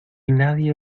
nadie